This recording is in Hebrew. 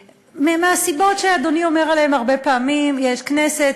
מהסיבות שאדוני אומר הרבה פעמים: יש כנסת,